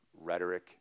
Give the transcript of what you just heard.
rhetoric